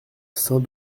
saint